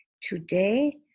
today